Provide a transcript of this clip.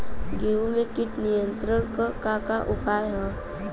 गेहूँ में कीट नियंत्रण क का का उपाय ह?